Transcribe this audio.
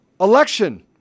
election